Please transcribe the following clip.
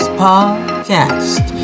podcast